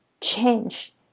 change